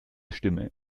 stimme